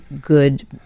good